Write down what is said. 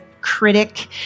critic